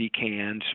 cans